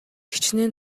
хэчнээн